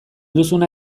duzuna